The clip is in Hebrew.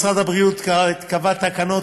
משרד הבריאות קבע תקנות.